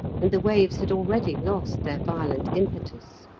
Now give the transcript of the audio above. and the waves had already lost their violent impetus.